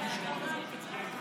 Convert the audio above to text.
אתם לא יכולים להתנגד להצעת החוק.